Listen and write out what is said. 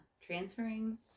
transferring